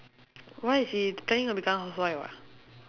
why she planning on becoming housewife ah